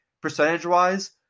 percentage-wise